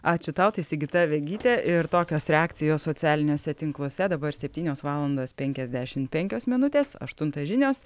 ačiū tau tai sigita vegytė ir tokios reakcijos socialiniuose tinkluose dabar septynios valandos penkiasdešim penkios minutės aštuntą žinios